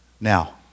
Now